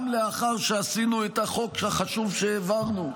גם לאחר שעשינו את החוק החשוב שהעברנו,